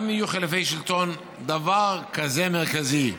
גם אם יהיו חילופי שלטון, דבר כזה מרכזי,